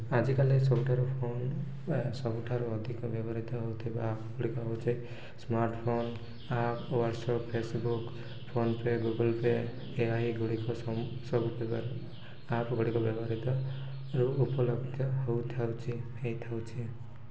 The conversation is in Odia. ଆଜିକାଲି ସବୁଠାରୁ ଫୋନ୍ ବା ସବୁଠାରୁ ଅଧିକ ବ୍ୟବହୃତ ହଉଥିବା ଆପ୍ ଗୁଡ଼ିକ ହେଉଛି smartphone app WhatsApp Facebook PhonePe Google Pay ଏହା ହିଁ ଗୁଡ଼ିକ ସମ୍ ସବୁ ବ୍ୟବହାର ଆପ୍ ଗୁଡ଼ିକ ବ୍ୟବହୃତରୁ ଉପଲବ୍ଧ ହଉଥାଉଛି ହେଇଥାଉଛି